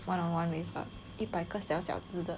one on one with 一百个小小只的